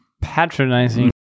patronizing